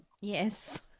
Yes